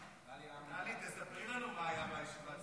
טלי, תספרי לנו מה היה בישיבת